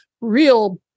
real